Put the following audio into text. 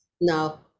now